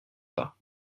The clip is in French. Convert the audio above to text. pas